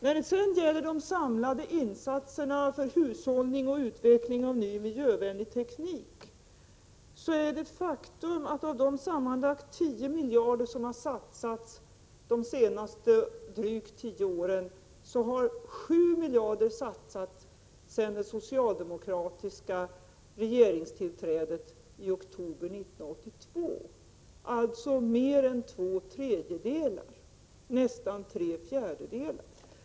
När det sedan gäller de samlade insatserna för hushållning och utveckling av ny miljövänlig teknik är det ett faktum att av de sammanlagt 10 miljarder som har satsats de senaste drygt tio åren har 7 miljarder satsats efter det socialdemokratiska regeringstillträdet i oktober 1982, alltså nästan tre fjärdedelar.